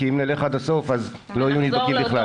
כי אם נלך עד הסוף לא יהיו נדבקים בכלל.